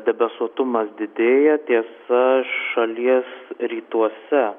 debesuotumas didėja tiesa šalies rytuose